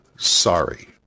sorry